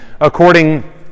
according